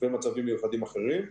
ומצבים מיוחדים אחרים.